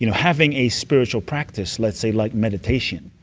you know having a spiritual practice. let's say like meditation,